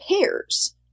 pairs